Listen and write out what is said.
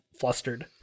flustered